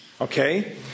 okay